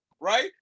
right